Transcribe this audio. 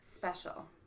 special